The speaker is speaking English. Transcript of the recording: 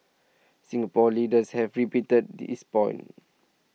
Singapore leaders have repeated this point